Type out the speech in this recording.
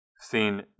seen